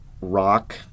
rock